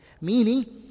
Meaning